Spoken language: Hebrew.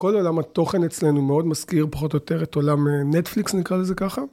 כל עולם התוכן אצלנו מאוד מזכיר פחות או יותר את עולם נטפליקס נקרא לזה ככה.